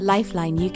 LifelineUK